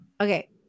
Okay